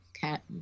cat